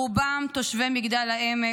רובם תושבי מגדל העמק,